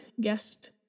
guest